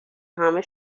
همه